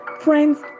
Friends